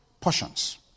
Portions